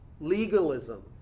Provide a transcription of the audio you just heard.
legalism